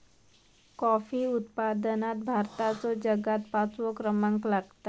coffee उत्पादनात भारताचो जगात पाचवो क्रमांक लागता